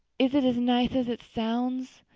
is it as nice as it sounds?